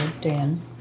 Dan